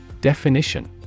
Definition